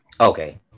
Okay